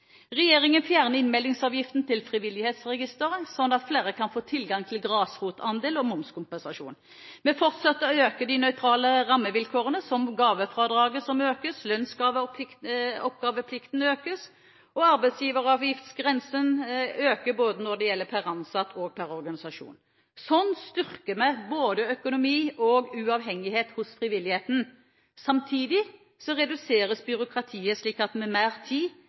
Regjeringen fjerner innmeldingsavgiften til Frivillighetsregisteret, slik at flere kan få tilgang til grasrotandel og momskompensasjon. Vi fortsetter å styrke de nøytrale rammevilkårene. Gavefradraget økes, grensen for lønnsoppgaveplikt heves, og grensen når det gjelder fritak for å betale arbeidsgiveravgift, øker både per ansatt og per organisasjon. Slik styrker vi både økonomi og uavhengighet hos frivilligheten. Samtidig reduseres byråkratiet slik at mer tid